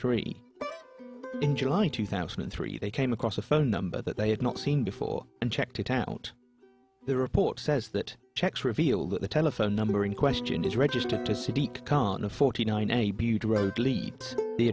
three in july two thousand and three they came across a phone number that they had not seen before and checked it out the report says that checks reveal that the telephone number in question is registered to seek karna forty nine